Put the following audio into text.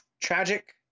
Tragic